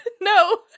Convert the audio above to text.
No